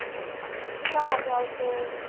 હં કેટલા વાગે આવશો